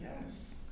yes